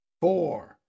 Four